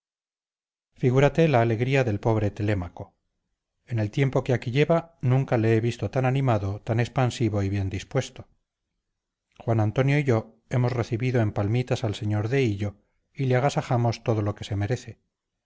figúrate la alegría del pobre telémaco en el tiempo que aquí lleva nunca le he visto tan animado tan expansivo y bien dispuesto juan antonio y yo hemos recibido en palmitas al sr de hillo y le agasajamos todo lo que se merece